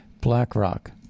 BlackRock